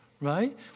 right